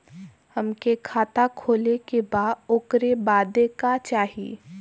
हमके खाता खोले के बा ओकरे बादे का चाही?